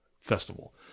festival